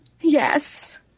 Yes